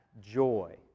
joy